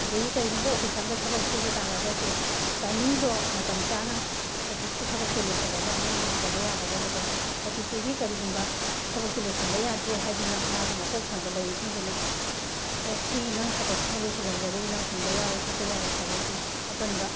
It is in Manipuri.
ꯑꯗꯒꯤ ꯀꯔꯤꯒꯨꯝꯕ ꯑꯣꯄꯤꯁ ꯑꯝꯗ ꯊꯕꯛ ꯁꯨꯕ ꯇꯥꯔꯒꯁꯨ ꯇꯥꯏꯃꯤꯡꯗꯣ ꯃꯇꯝ ꯆꯥꯅ ꯑꯣꯄꯤꯁꯀꯤ ꯊꯕꯛꯇꯣ ꯂꯣꯏꯁꯤꯜꯂꯒ ꯃꯌꯨꯝꯗ ꯍꯟꯖꯕ ꯌꯥꯒꯗꯕꯗꯣ ꯑꯣꯄꯤꯁꯇꯨꯒꯤ ꯀꯔꯤꯒꯨꯝꯕ ꯊꯕꯛꯇꯣ ꯂꯣꯏꯁꯤꯟꯕ ꯌꯥꯗ꯭ꯔꯦ ꯍꯥꯏꯗꯨꯅ ꯃꯥꯒꯤ ꯃꯀꯣꯛ ꯊꯣꯡꯕ ꯂꯩꯔꯤꯁꯤꯡꯗꯨꯅ ꯑꯦ ꯁꯤ ꯅꯪ ꯊꯕꯛꯁꯤꯃ ꯂꯣꯏꯁꯤꯜꯂꯝꯗ꯭ꯔꯒꯗꯤ ꯅꯪ ꯍꯟꯕ ꯌꯥꯔꯣꯏ ꯈꯣꯠꯄ ꯌꯥꯔꯣꯏ ꯍꯥꯏꯕꯒꯤ ꯑꯀꯟꯕ